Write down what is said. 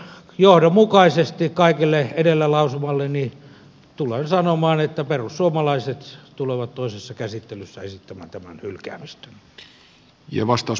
johdonmukaisesti kaikella edellä lausumallani tulen sanomaan että perussuomalaiset tulevat toisessa käsittelyssä esittämään tämän hylkäämistä